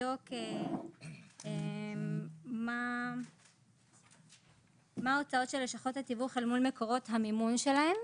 שתבדוק מה ההוצאות של לשכות התיווך אל מול מקורות המימון שלהן.